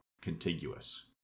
contiguous